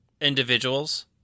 individuals